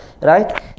right